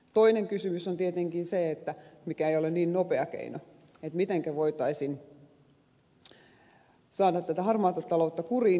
toinen kysymys koskee tietenkin sitä mikä ei ole niin nopea keino mitenkä voitaisiin saada tätä harmaata taloutta kuriin